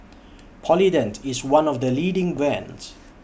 Polident IS one of The leading brands